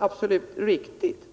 alldeles riktigt.